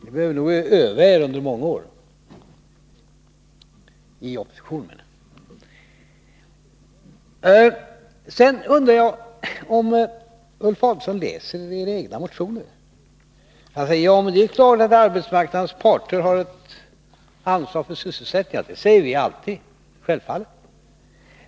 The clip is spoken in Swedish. Ni behöver nog öva er under många år — i opposition. Sedan undrar jag om Ulf Adelsohn läser moderaternas egna motioner. Han säger att det är klart att arbetsmarknadens parter har ett ansvar för sysselsättningen. Det säger vi alltid, självfallet.